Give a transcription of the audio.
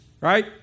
right